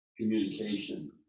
communication